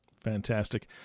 Fantastic